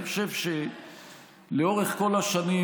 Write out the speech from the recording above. אני חושב שלאורך כל השנים,